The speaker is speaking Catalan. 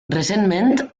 recentment